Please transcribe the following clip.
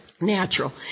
Natural